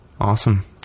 Awesome